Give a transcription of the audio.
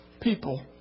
people